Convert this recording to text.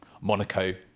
Monaco